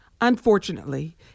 Unfortunately